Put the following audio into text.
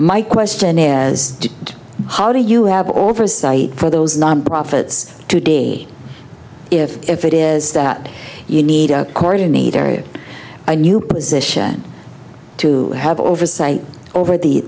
my question is as to how do you have oversight for those nonprofits today if if it is that you need a coordinator a new position to have oversight over the